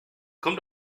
komm